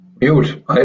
Mute